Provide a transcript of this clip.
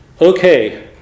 Okay